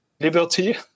liberty